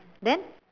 then